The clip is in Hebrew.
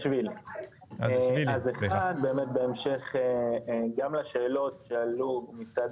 אז באמת בהמשך גם לשאלות של שעלו מצד